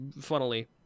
funnily